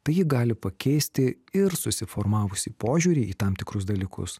tai ji gali pakeisti ir susiformavusį požiūrį į tam tikrus dalykus